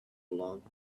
long